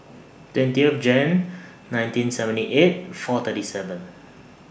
twentieth Jane nineteen seventy eight four thirty seven